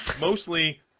mostly